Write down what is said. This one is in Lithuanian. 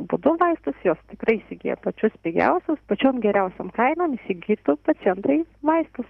būdu vaistus jos tikrai įsigyja pačius pigiausius pačiom geriausiom kainom įsigytų pacientai vaistus